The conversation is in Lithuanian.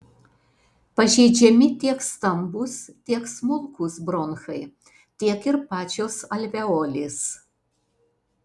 pažeidžiami tiek stambūs tiek smulkūs bronchai tiek ir pačios alveolės